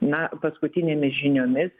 na paskutinėmis žiniomis